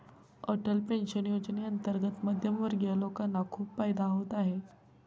Atal pension योजनेअंतर्गत मध्यमवर्गीय लोकांना खूप फायदा होत आहे